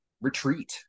retreat